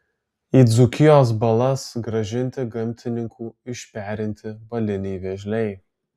į dzūkijos balas grąžinti gamtininkų išperinti baliniai vėžliai